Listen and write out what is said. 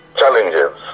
challenges